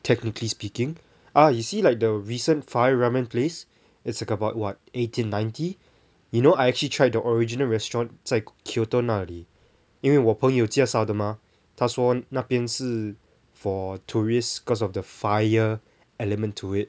technically speaking ah you see like the recent fire ramen place and it's like about what eighteen ninety you know I actually tried the original restaurant 在 kyoto 那里因为我朋友介绍的 mah 他说那边是 for tourists cause of the fire element to it